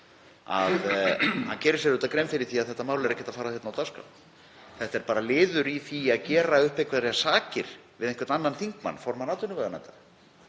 að gera upp einhverjar sakir við einhvern annan þingmann, formann atvinnuveganefndar.